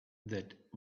that